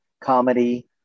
comedy